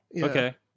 Okay